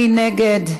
מי נגד?